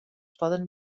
poden